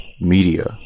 Media